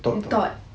you thought